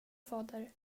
fader